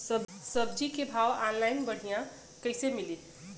सब्जी के भाव ऑनलाइन बढ़ियां कइसे मिली?